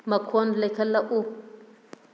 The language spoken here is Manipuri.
ꯃꯈꯣꯟ ꯂꯩꯈꯠꯂꯛꯎ